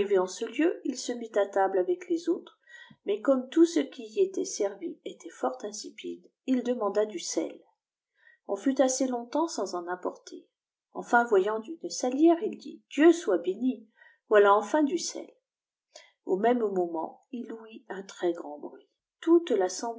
en ce lieu i ie mit i table aiec lea tutims mais comme tout ce qui y était servi étau fort imnpide il dernsmda du sel on fut assez longtemps sans en apporter enfin voyilqt une salière il dit dieu soit béni voilà enfin du sel au wdïae moment il ouït un très grand bruit t wt